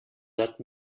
that